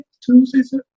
Tuesday